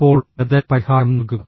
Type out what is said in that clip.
ഇപ്പോൾ ബദൽ പരിഹാരം നൽകുക